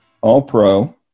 All-Pro